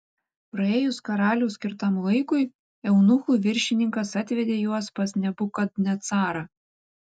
praėjus karaliaus skirtam laikui eunuchų viršininkas atvedė juos pas nebukadnecarą